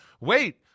wait